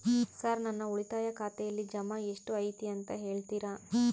Sir ನನ್ನ ಉಳಿತಾಯ ಖಾತೆಯಲ್ಲಿ ಜಮಾ ಎಷ್ಟು ಐತಿ ಅಂತ ಹೇಳ್ತೇರಾ?